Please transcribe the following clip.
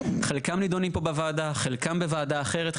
חלקם נידונים פה בוועדה, חלקם בוועדה אחרת.